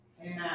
Amen